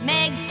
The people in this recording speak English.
Meg